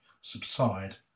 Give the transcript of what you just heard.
subside